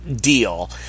deal